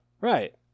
Right